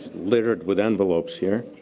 littered with envelopes here.